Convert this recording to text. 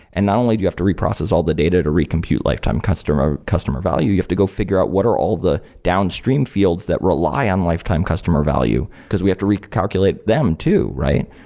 and not only do you have to reprocess all the data to recompute lifetime customer customer value, you have to go figure out what are all the downstream fields that rely on lifetime customer value, because we have to recalculate them too, right?